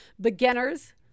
Beginners